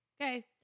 Okay